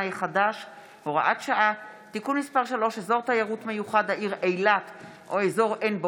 החדש (הוראת שעה) (תיקון מס' 3) (אזור תיירות מיוחד,